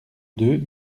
deux